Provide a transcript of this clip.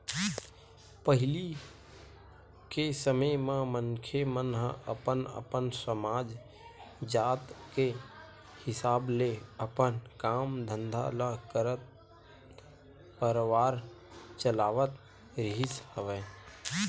पहिली के समे म मनखे मन ह अपन अपन समाज, जात के हिसाब ले अपन काम धंधा ल करत परवार चलावत रिहिस हवय